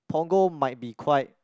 Punggol might be quite